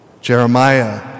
Jeremiah